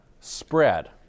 spread